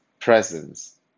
presence